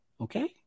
Okay